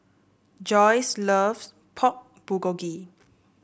Joyce loves Pork Bulgogi